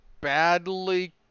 badly